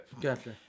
Gotcha